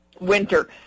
winter